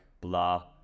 blah